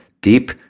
deep